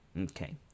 Okay